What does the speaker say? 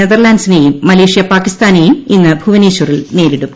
നെതർലന്റ്സിനേയും Malaysia പാകിസ്ഥാനേയും ഇന്ന് ഭൂവനേശ്വറിൽ നേരിടും